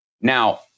Now